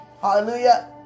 Hallelujah